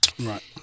Right